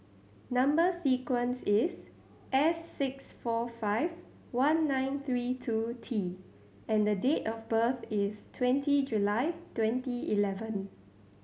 number sequence is S six four five one nine three two T and date of birth is twenty July twenty eleven